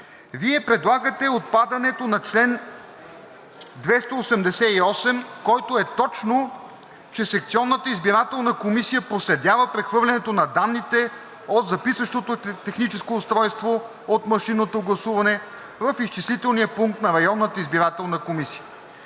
Вие предлагате отпадането на чл. 288, който е точно, че секционната избирателна комисия проследява прехвърлянето на данните от записващото техническо устройство от машинното гласуване в изчислителния пункт на районната избирателна комисия.